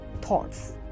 thoughts